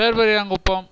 பேர் பெரியாங்குப்பம்